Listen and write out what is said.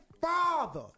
father